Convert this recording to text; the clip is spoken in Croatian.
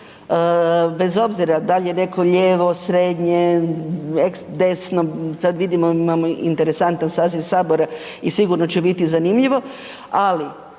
bez obzira da li je neko lijevo, srednje, desno, sada vidimo imamo interesantan saziv Sabora i sigurno će biti zanimljivo, ali